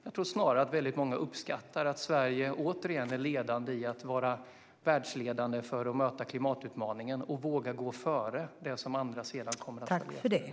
Jag tror snarare att många uppskattar att Sverige återigen är världsledande när det gäller att möta klimatutmaningen och våga gå före där andra sedan kommer att följa efter.